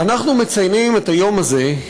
אנחנו מציינים את היום הזה,